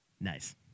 Nice